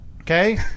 Okay